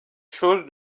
chose